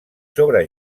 sobre